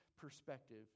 perspective